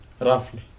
roughly